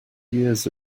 years